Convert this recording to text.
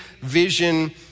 vision